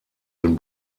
den